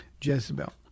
Jezebel